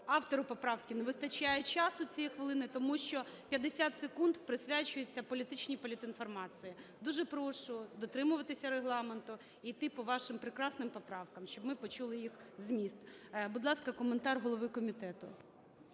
автору поправки не вистачає часу, цієї хвилини, тому що 50 секунд присвячується політичній політінформації. Дуже прошу дотримуватися регламенту і йти по вашим прекрасним поправкам, щоб ми почули їх зміст. Будь ласка, коментар голови комітету.